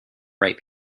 right